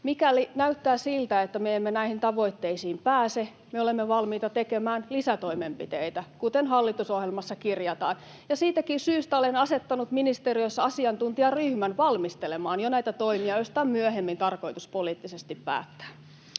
Mikäli näyttää siltä, että me emme näihin tavoitteisiin pääse, me olemme valmiita tekemään lisätoimenpiteitä kuten hallitusohjelmassa kirjataan, [Suna Kymäläisen välihuuto] ja siitäkin syystä olen asettanut ministeriössä asiantuntijaryhmän valmistelemaan jo näitä toimia, joista on myöhemmin tarkoitus poliittisesti päättää.